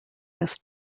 this